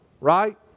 right